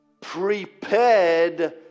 prepared